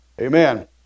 Amen